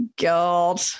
God